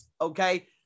okay